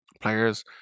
Players